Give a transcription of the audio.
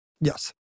Yes